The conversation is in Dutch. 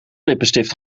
lippenstift